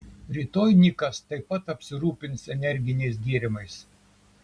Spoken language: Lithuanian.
rytoj nikas taip pat apsirūpins energiniais gėrimais